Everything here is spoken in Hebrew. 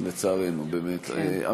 לצערנו, באמת.